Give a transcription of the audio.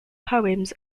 poems